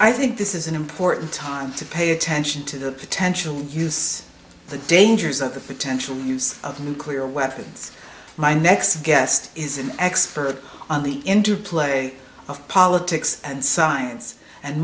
i think this is an important time to pay attention to the potential use the dangers of the potential use of nuclear weapons my next guest is an expert on the interplay of politics and science and